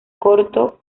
corto